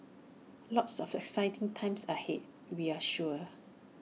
lots of exciting times ahead we're sure